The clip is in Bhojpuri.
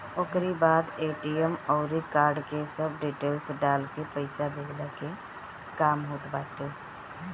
ओकरी बाद ए.टी.एम अउरी कार्ड के सब डिटेल्स डालके पईसा भेजला के काम होत बाटे